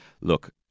Look